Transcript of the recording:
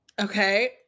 Okay